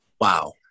Wow